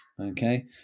okay